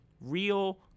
real